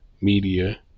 media